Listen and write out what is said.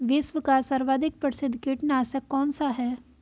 विश्व का सर्वाधिक प्रसिद्ध कीटनाशक कौन सा है?